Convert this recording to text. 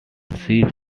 sheep